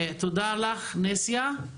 תודה, נסיה.